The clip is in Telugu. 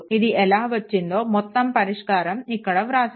ఇది ఎలా వచ్చిందో మొత్తం పరిష్కారం ఇక్కడ వ్రాసాను